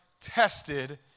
tested